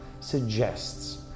suggests